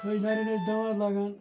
تھٔجنارٮ۪ن ٲسۍ دانٛد لاگان